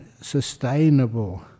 sustainable